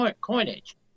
coinage